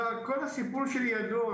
וכל הסיפור שלי ידוע,